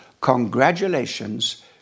congratulations